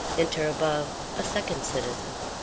enter, above, a second citizen.